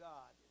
God